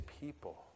people